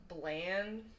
bland